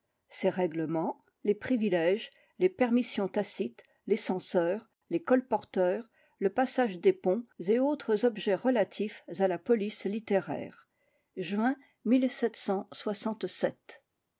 ses règlements les privilèges les permissions tacites les censeurs les colporteurs le passage des ponts et autres objets relatifs à la police littéraire